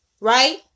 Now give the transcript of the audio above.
right